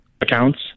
accounts